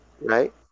Right